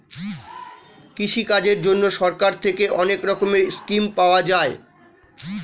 কৃষিকাজের জন্যে সরকার থেকে অনেক রকমের স্কিম পাওয়া যায়